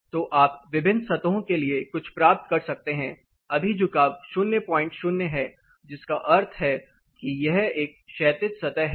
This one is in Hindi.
तो आप विभिन्न सतहों के लिए कुछ प्राप्त कर सकते हैं अभी झुकाव 00 है जिसका अर्थ है कि यह एक क्षैतिज सतह है